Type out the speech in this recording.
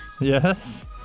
Yes